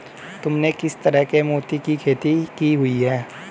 तुमने किस तरह के मोती की खेती की हुई है?